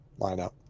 lineup